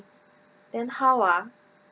then how ah